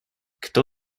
кто